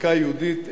המחלקה היהודית,